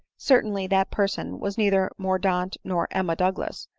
certainly that person was neither mor daunt, nor emma douglas,